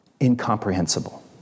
incomprehensible